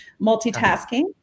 multitasking